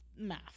Math